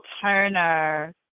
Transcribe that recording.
Turner